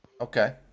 Okay